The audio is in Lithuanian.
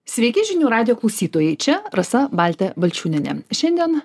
sveiki žinių radijo klausytojai čia rasa balte balčiūnienė šiandien